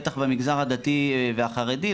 בטח במגזר הדתי והחרדי,